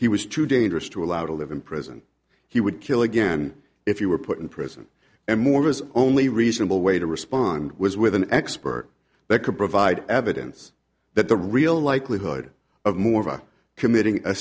he was too dangerous to allow to live in prison he would kill again if you were put in prison and more was only reasonable way to respond was with an expert that could provide evidence that the real likelihood of morva committing a